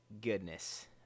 goodness